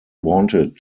wanted